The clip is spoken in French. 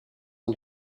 ans